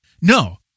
No